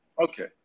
Okay